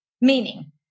Meaning